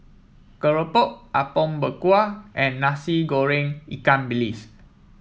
Keropok Apom Berkuah and Nasi Goreng Ikan Bilis